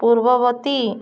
ପୂର୍ବବର୍ତ୍ତୀ